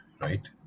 right